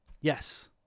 Yes